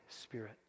spirit